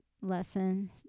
lesson